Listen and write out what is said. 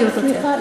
סליחה,